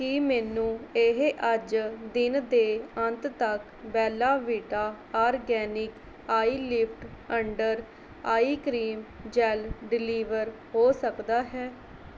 ਕੀ ਮੈਨੂੰ ਇਹ ਅੱਜ ਦਿਨ ਦੇ ਅੰਤ ਤੱਕ Bella Vita organic eyelift under eye cream gel deliver ਹੋ ਸਕਦਾ ਹੈ